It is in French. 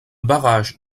barrage